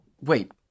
Wait